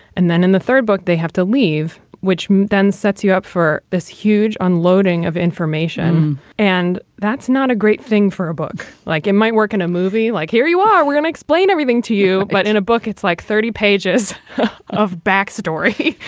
and then in the third book, they have to leave, which then sets you up for this huge unloading of information. and that's not a great thing for a book like it might work in a movie like here, you ah are going to explain everything to you but in a book, it's like thirty pages of backstory,